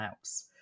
else